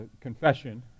confession